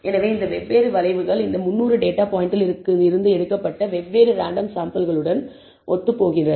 எனவே இந்த வெவ்வேறு வளைவுகள் இந்த 300 டேட்டா பாயின்ட்டில் இருந்து எடுக்கப்பட்ட வெவ்வேறு ரேண்டம் சாம்பிள்களுடன் ஒத்துப்போகின்றன